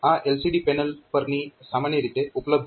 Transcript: આ LCD panel પરની સામાન્ય રીતે ઉપલબ્ધ પિન છે